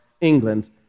England